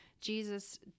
jesus